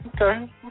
okay